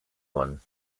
one